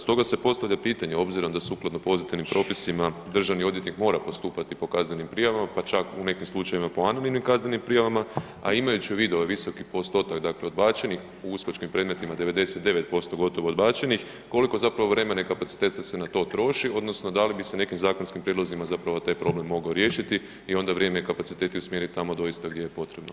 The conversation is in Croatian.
Stoga se postavlja pitanje, obzirom da sukladno pozitivnim propisima, državni odvjetnik mora postupati po kaznenim prijavama, pa čak u nekim slučajevima po anonimnim kaznenim prijavama, a imajući u vidu ovaj visoki postotak dakle odbačenih u uskočkim predmetima 99% gotovo odbačenih, koliko zapravo vremena i kapaciteta se na to troši, odnosno da li bi se nekim zakonskim prijedlozima zapravo taj problem mogao riješiti i onda vrijeme i kapacitete usmjeriti tamo doista gdje je potrebno.